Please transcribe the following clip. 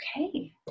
okay